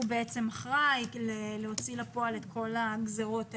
הוא בעצם אחראי להוציא לפועל את כל הגזרות האלה.